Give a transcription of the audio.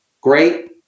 great